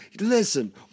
Listen